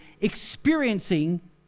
experiencing